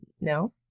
No